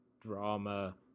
drama